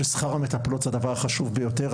ששכר המטפלות זה הדבר החשוב ביותר,